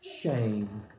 shame